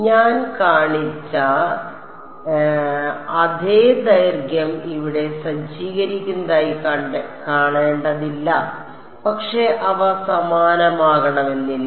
ഞാൻ കാണിച്ച അതേ ദൈർഘ്യം ഇവിടെ സജ്ജീകരിച്ചിരിക്കുന്നതായി കാണേണ്ടതില്ല പക്ഷേ അവ സമാനമാകണമെന്നില്ല